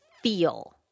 Feel